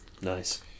Nice